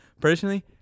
personally